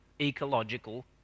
ecological